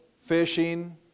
fishing